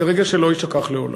זה רגע שלא יישכח לעולם.